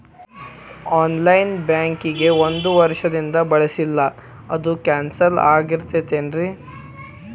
On line banking ಒಂದ್ ವರ್ಷದಿಂದ ಬಳಸಿಲ್ಲ ಅದು ಕ್ಯಾನ್ಸಲ್ ಆಗಿರ್ತದೇನ್ರಿ?